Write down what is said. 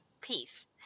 peace